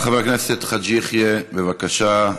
חבר הכנסת חאג' יחיא, בבקשה.